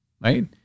Right